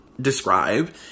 Describe